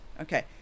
Okay